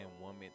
woman